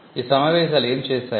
ఈ సమావేశాలు ఏమి చేశాయి